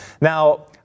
Now